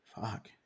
Fuck